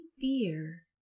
fear